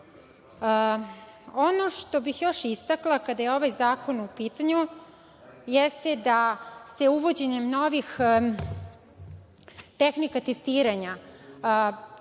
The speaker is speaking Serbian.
što bih još istakla kada je ovaj zakon u pitanju, jeste da se uvođenjem novih tehnika testiranja